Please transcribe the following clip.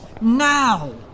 now